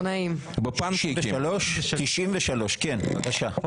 (היו"ר חנוך דב מלביצקי) סעיף 93. בחוק